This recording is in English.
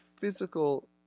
physical